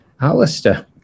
Alistair